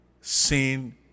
sin